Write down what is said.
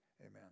amen